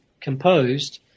composed